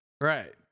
Right